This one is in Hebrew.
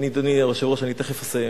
אדוני היושב-ראש, אני תיכף אסיים,